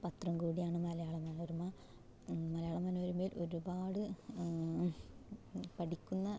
പത്രം കൂടിയാണ് മലയാള മനോരമ മലയാള മനോരമയിൽ ഒരുപാട് പഠിക്കുന്ന